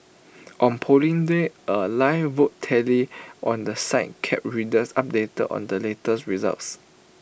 on Polling Day A live vote tally on the site kept readers updated on the latest results